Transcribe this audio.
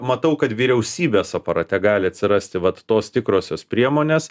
matau kad vyriausybės aparate gali atsirasti vat tos tikrosios priemonės